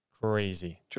crazy